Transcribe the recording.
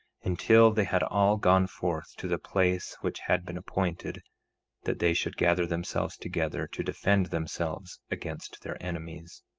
until they had all gone forth to the place which had been appointed that they should gather themselves together, to defend themselves against their enemies.